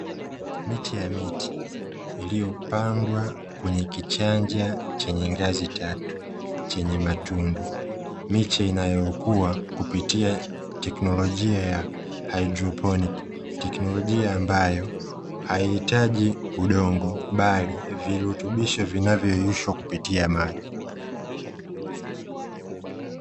Miche ya miti, iliyopandwa kwenye kichanja chenye ngazi tatu, chenye matundu. Miche inayokuwa kupitia teknolojia ya hydroponi. Ni teknolojia ambayo, haihitaji udongo bali virutubisho vinavyo yeyushwa kupitia maji.